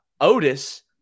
Otis